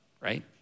right